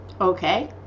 Okay